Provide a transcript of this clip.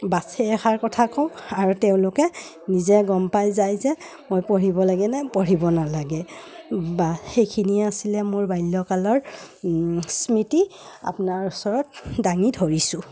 bus এই এষাৰ কথা কওঁ আৰু তেওঁলোকে নিজে গম পাই যায় যে মই পঢ়িব লাগে নে পঢ়িব নালাগে বা সেইখিনিয়ে আছিলে মোৰ বাল্যকালৰ স্মৃতি আপোনাৰ ওচৰত দাঙি ধৰিছোঁ